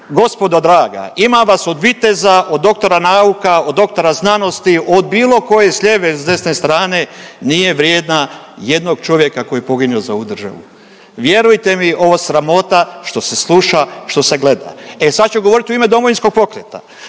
gospodo draga, ima vas od viteza, od doktora nauka, od doktora znanosti, od bilo koje s lijeve, s desne strane, nije vrijedna jednog čovjeka koji je poginuo za ovu državu. Vjerujte mi ovo je sramota što se sluša i što se gleda. E sad ću govorit u ime Domovinskog pokreta.